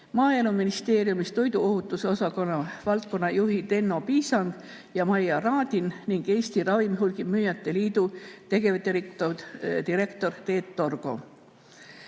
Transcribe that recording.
Maaeluministeeriumi toiduohutuse osakonna valdkonnajuhid Enno Piisang ja Maia Radin ning Eesti Ravimihulgimüüjate Liidu tegevdirektor Teet Torgo.